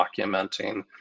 documenting